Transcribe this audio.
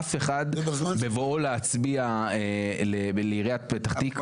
אף אחד בבואו להצביע לעיריית פתח תקוה.